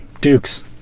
Dukes